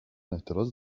اعتراض